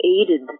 aided